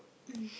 mm